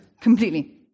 Completely